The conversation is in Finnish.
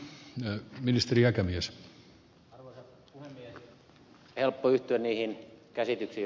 on helppo yhtyä niihin käsityksiin joita ed